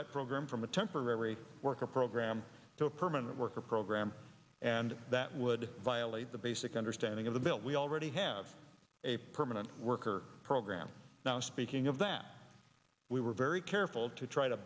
that program from a temporary worker program to a permanent worker program and that would violate the basic understanding of the bill we already have a permanent worker program now speaking of that we were very careful to try to